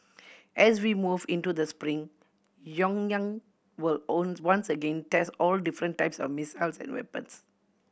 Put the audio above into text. as we move into the spring Pyongyang will own once again test all different types of missiles and weapons